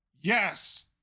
Yes